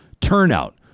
Turnout